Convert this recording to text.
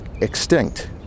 extinct